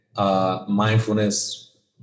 Mindfulness